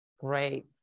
Great